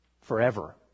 Forever